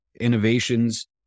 innovations